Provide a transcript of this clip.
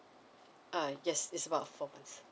err yes is about four months